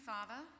Father